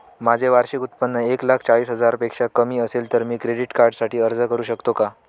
माझे वार्षिक उत्त्पन्न एक लाख चाळीस हजार पेक्षा कमी असेल तर मी क्रेडिट कार्डसाठी अर्ज करु शकतो का?